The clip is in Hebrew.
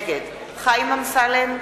נגד חיים אמסלם,